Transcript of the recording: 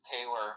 Taylor –